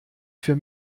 für